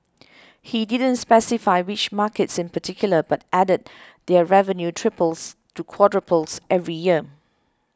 he didn't specify which markets in particular but added that their revenue triples to quadruples every year